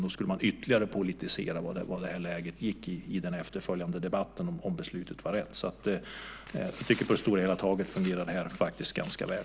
Då skulle man ytterligare politisera detta i den efterföljande debatten om beslutet var rätt. Jag tycker att det här på det hela taget faktiskt fungerar ganska väl.